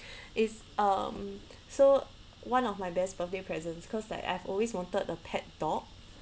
is um so one of my best birthday presents cause like I've always wanted a pet dog